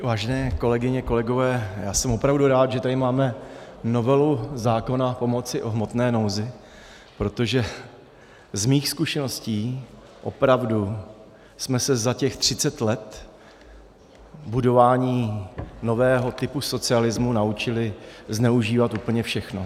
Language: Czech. Vážené kolegyně, kolegové, já jsem opravdu rád, že tady máme novelu zákona o pomoci v hmotné nouzi, protože z mých zkušeností opravdu jsme se za těch třicet let budování nového typu socialismu naučili zneužívat úplně všechno.